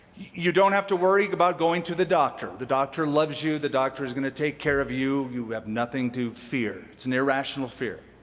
you don't have to worry about going to the doctor the doctor loves you. the doctor is going to take care of you. you have nothing to fear. it's an irrational fear.